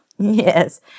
Yes